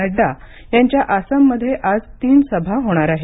नड्डा यांच्या आसाममध्ये आज तीन सभा होणार आहेत